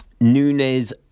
Nunez